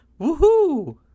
Woohoo